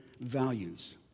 values